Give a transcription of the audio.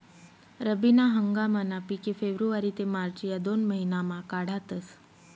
रब्बी ना हंगामना पिके फेब्रुवारी ते मार्च या दोन महिनामा काढातस